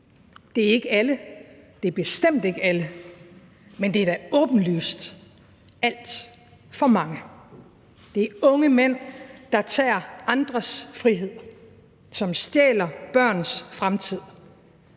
Det er ikke alle, det er bestemt ikke alle, men det er da åbenlyst alt for mange. Det er unge mænd, der tager andres frihed, som stjæler børns fremtid,